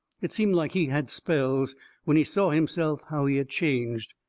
it seemed like he had spells when he saw himself how he had changed.